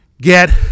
get